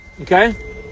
Okay